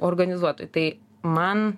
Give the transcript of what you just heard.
organizuotojai tai man